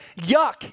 yuck